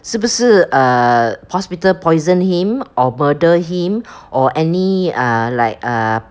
是不是 err hospital poison him or murder him or any err like err